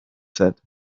said